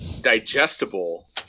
digestible